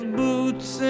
boots